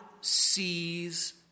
sees